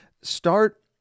Start